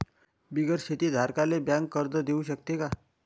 बिगर शेती धारकाले बँक कर्ज देऊ शकते का?